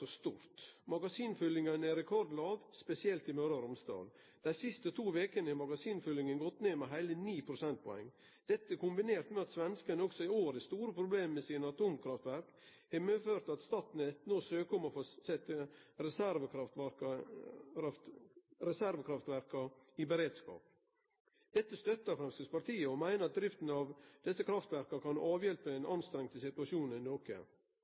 er stort. Magasinfyllinga er rekordlåg, spesielt i Møre og Romsdal. Dei siste to vekene har magasinfyllinga gått ned med heile 9 prosentpoeng. Dette, kombinert med at svenskane òg i år har store problem med sine atomkraftverk, har medført at Statnett no søkjer om å få setje reservekraftverka i beredskap. Dette støttar Framstegspartiet og meiner at drifta av desse kraftverka kan avhjelpe den anstrengde situasjonen noko.